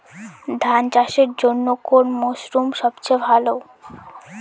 ধান চাষের জন্যে কোন মরশুম সবচেয়ে ভালো?